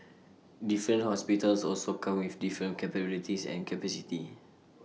different hospitals also come with different capabilities and capacity